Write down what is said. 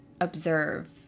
observe